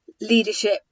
leadership